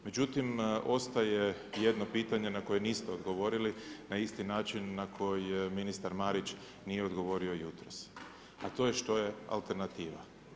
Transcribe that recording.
Međutim, ostaje jedno pitanje na koje niste odgovorili na isti način na koji ministar Marić nije odgovorio jutros a to je što je alternativa.